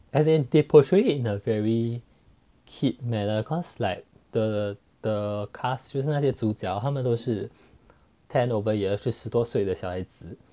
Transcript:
as in they portrayed in a very kid manner cause like the cast 就是那些主角他们都是 ten over years 十多岁的小孩子